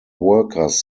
workers